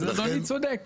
אז אדוני צודק.